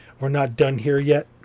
we're-not-done-here-yet